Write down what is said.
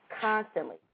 constantly